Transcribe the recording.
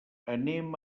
anem